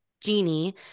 Genie